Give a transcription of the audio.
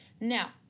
Now